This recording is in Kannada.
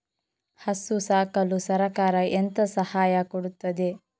ಹಸು ಸಾಕಲು ಸರಕಾರ ಎಂತ ಸಹಾಯ ಕೊಡುತ್ತದೆ?